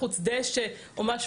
דשא או משהו.